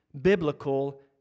biblical